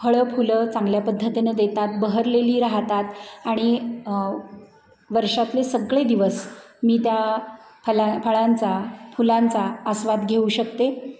फळ फुलं चांगल्या पद्धतीनं देतात बहरलेली राहतात आणि वर्षातले सगळे दिवस मी त्या फला फळांचा फुलांचा आस्वाद घेऊ शकते